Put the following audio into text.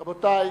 רבותי.